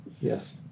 Yes